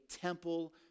temple